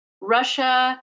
Russia